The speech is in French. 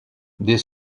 des